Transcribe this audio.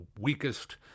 weakest